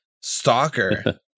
stalker